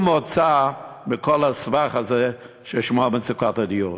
מוצא מכל הסבך הזה ששמו מצוקת הדיור.